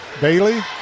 Bailey